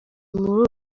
urwo